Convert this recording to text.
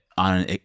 On